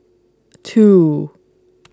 two